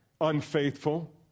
unfaithful